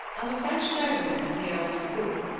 of a french nobleman of the old school.